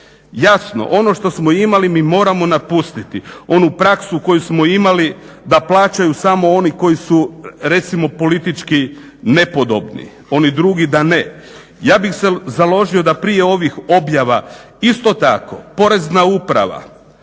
Jasno, ono što smo imali mi moramo napustiti, onu praksu koju smo imali da plaćaju samo oni koji su, recimo politički nepodobni, oni drugi da ne. Ja bih se založio da prije ovih objava isto tako porezna uprava